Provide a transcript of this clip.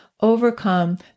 overcome